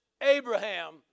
Abraham